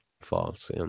False